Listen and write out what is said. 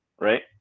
right